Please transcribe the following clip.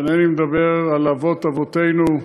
ואינני מדבר על אבות אבותינו,